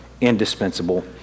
Indispensable